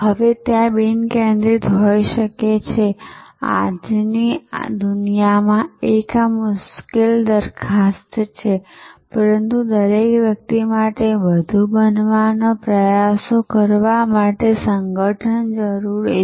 હવે ત્યાં બિનકેન્દ્રિત હોઈ શકે છે આજની દુનિયામાં આ એક મુશ્કેલ દરખાસ્ત છે પરંતુ દરેક વ્યક્તિ માટે બધું બનવાનો પ્રયાસ કરવા માટે સંગઠન જરૂરી છે